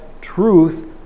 truth